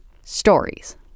stories